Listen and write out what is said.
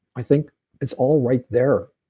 i think it's all right there.